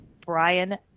Brian